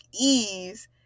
ease